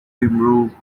improve